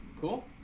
Cool